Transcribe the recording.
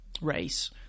race